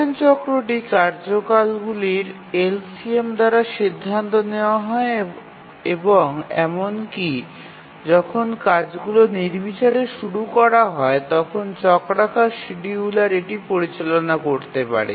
প্রধান চক্রটি কার্যকালগুলির এলসিএম দ্বারা সিদ্ধান্ত নেওয়া হয় এবং এমনকি যখন কাজগুলি নির্বিচারে শুরু করা হয় তখনও চক্রাকার শিডিয়ুলার এটি পরিচালনা করতে পারে